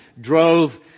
drove